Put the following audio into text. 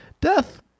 Death